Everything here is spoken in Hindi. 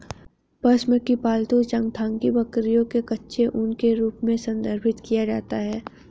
पश्म को पालतू चांगथांगी बकरियों के कच्चे ऊन के रूप में संदर्भित किया जाता है